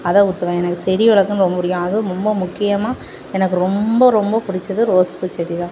அதை ஊற்றுவேன் எனக்கு செடி வளர்க்குறது ரொம்ப பிடிக்கும் அதுவும் ரொம்ப முக்கியமாக எனக்கு ரொம்ப ரொம்ப பிடிச்சது ரோஸ் பூச்செடி தான்